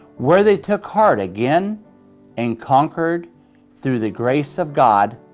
where they took heart again and conquered through the grace of god,